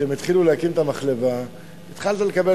שהם התחילו להקים את המחלבה התחלת לקבל